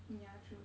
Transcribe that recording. yeah true